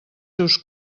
seus